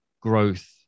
growth